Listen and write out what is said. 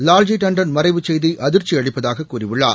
லால்ஜி தான்டன் மறைவுச் செய்திஅதிர்ச்சிஅளிப்பதாககூறியுள்ளார்